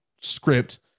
script